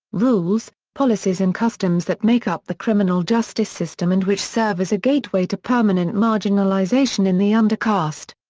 rules, policies and customs that make up the criminal justice system and which serve as a gateway to permanent marginalization in the undercast.